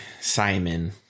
Simon